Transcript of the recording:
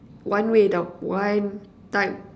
one way [tau] one time